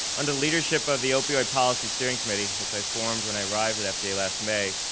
under leadership of the opioid policy steering committee, which i formed when i arrived at fda last may,